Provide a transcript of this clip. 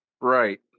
Right